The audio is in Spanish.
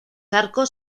arcos